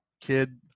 kid